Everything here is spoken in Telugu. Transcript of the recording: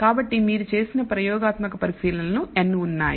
కాబట్టి మీరు చేసిన ప్రయోగాత్మక పరిశీలనలు n ఉన్నాయి